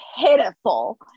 pitiful